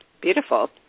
Beautiful